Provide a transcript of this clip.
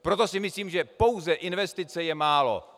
Proto si myslím, že pouze investice je málo.